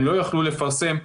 הם לא יכלו לפרסם,